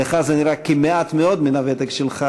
לך זה נראה מעט מאוד מן הוותק שלך,